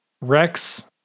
Rex